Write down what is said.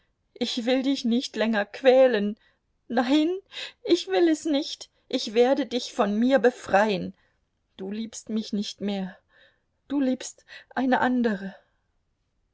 ich will dich nicht länger quälen nein ich will es nicht ich werde dich von mir befreien du liebst mich nicht mehr du liebst eine andere